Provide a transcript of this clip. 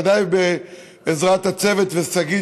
בוודאי בעזרת הצוות ושגית,